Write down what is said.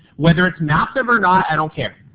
whether it is massive or not, i don't care.